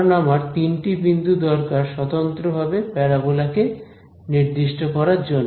কারণ আমার তিনটি বিন্দু দরকার স্বতন্ত্রভাবে প্যারাবোলা কে নির্দিষ্ট করার জন্য